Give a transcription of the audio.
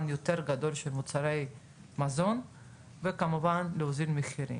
יותר גדול של מוצרי מזון וכמובן להוזיל מחירים.